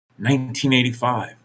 1985